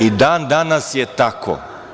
I dan-danas je tako.